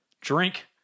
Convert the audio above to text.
Drink